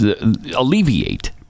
alleviate